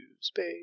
space